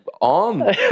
on